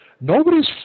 Nobody's